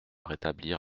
rétablir